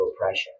oppression